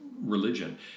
religion